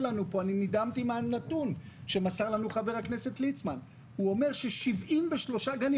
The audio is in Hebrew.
נדהמתי מהנתון שמסר לנו חבר הכנסת ליצמן; הוא אומר ש-73 גנים